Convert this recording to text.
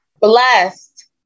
blessed